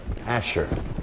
Asher